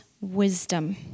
wisdom